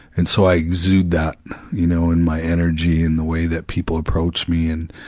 and so i exude that, you know, in my energy, in the way that people approach me and,